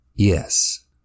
Yes